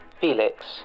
Felix